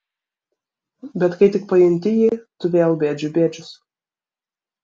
bet kai tik pajunti jį tu vėl bėdžių bėdžius